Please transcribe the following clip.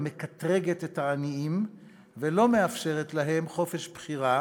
המקטלגת את העניים ולא מאפשרת להם חופש בחירה,